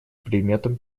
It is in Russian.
предметом